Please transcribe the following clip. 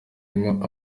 irimo